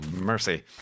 mercy